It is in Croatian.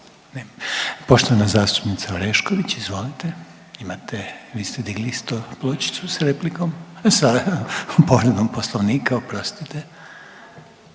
Poštovana zastupnica Orešković, izvolite, imate, vi ste digli isto pločicu sa replikom, sa povredom poslovnika, oprostite.